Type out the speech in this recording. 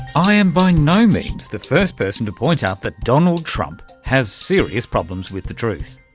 i am by no means the first person to point out that donald trump has serious problems with the truth.